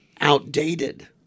outdated